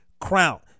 crown